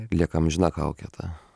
lieka amžina kaukė ta